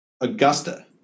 Augusta